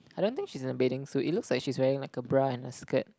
I don't think she's in a bathing suit it looks like she's wearing like a bra and a skirt